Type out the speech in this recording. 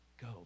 go